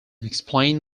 explained